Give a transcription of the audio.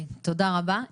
תודה רבה.